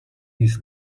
his